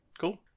cool